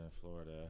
Florida